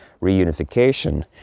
reunification